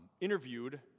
interviewed